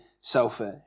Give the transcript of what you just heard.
selfish